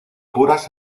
puras